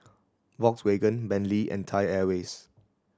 Volkswagen Bentley and Thai Airways